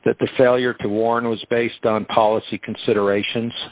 that the failure to warn was based on policy considerations